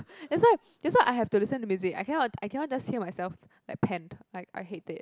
that's why that's why I have to listen to music I cannot I cannot just hear myself like pant like I hate it